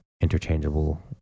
interchangeable